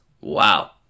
Wow